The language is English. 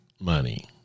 money